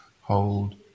Hold